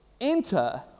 enter